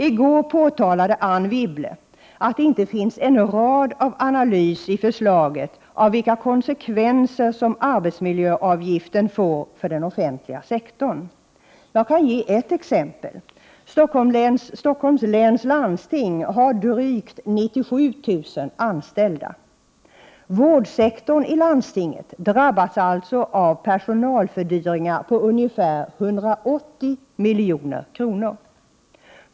I går påtalade Anne Wibble att det i förslaget inte finns en rad av analys av vilka konsekvenser arbetsmiljöavgiften får för den offentliga sektorn. Jag kan ge ett exempel. Stockholms läns landsting har drygt 97 000 anställda. Vårdsektorn i landstinget drabbas alltså av personalfördyringar på ungefär 180 milj.kr.